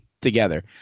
together